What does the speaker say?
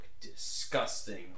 disgusting